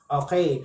okay